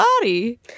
body